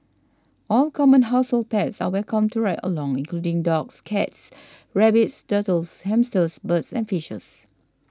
all common household pets are welcome to ride along including dogs cats rabbits turtles hamsters birds and fishes